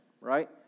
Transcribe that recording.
right